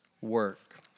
work